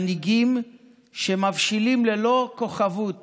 מנהיגים שמבשילים ללא כוכבות